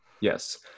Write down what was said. yes